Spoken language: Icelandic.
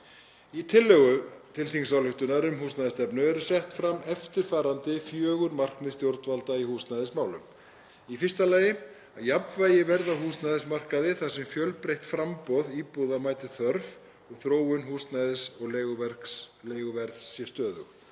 Í tillögu til þingsályktunar um húsnæðisstefnu eru sett fram eftirfarandi fjögur markmið stjórnvalda í húsnæðismálum: 1. Jafnvægi verði á húsnæðismarkaði þar sem fjölbreytt framboð íbúða mæti þörf og að þróun húsnæðis- og leiguverðs sé stöðug.